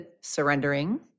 surrendering